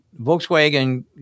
Volkswagen